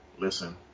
Listen